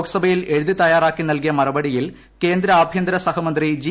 ലോകസഭയിൽ എഴുതി തയ്യാറാക്കിയ മറുപടിയിൽ കേന്ദ്ര ആഭ്യന്ത്ര സഹമന്ത്രി ജി